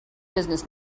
business